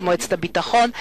של מועצת הביטחון,